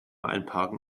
einparken